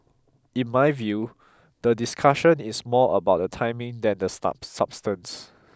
in my view the discussion is more about the timing than the star substance